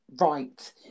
right